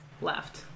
left